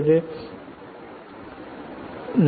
இன்னொரு விஷயம் இருக்கிறது